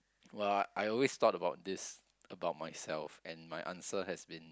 !wah! I always thought about this about myself and my answer has been